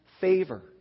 favor